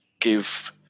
give